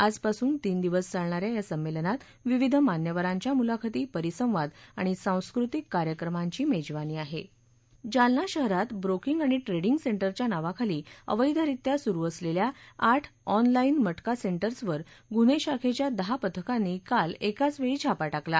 आजपासून तीन दिवस चालणाऱ्या या संमेलनात विविध मान्यवरांच्या मुलाखती परिसंवाद आणि सांस्कृतिक कार्यक्रमांची मेजवानी आहे जालना शहरात ब्रोकिंग ट्रेडिंग सेंटरच्या नावाखाली अवध्रीत्या सुरू असलेल्या आठ ऑनलात्ति मटका सेंटरवर गुन्हे शाखेच्या दहा पथकानं काल एकाच वेळी छापा टाकला